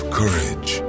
courage